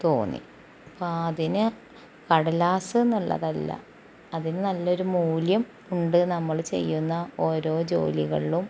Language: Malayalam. തോന്നി അപ്പം അതിന് കടലാസ്സ് എന്നുള്ളതല്ല അതിന് നല്ലൊരു മൂല്യം ഉണ്ട് നമ്മള് ചെയ്യുന്ന ഓരോ ജോലികളും